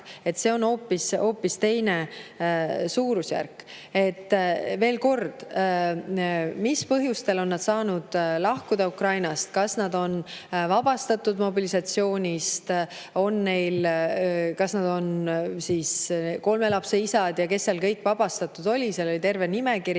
see on hoopis teine suurusjärk. Veel kord: mis põhjustel on nad saanud Ukrainast lahkuda, kas nad on vabastatud mobilisatsioonist, kas nad on kolme lapse isad või kes seal kõik vabastatud on – seal on terve nimekiri